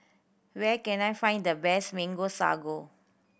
where can I find the best Mango Sago